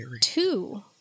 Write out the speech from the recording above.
two